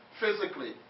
physically